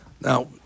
Now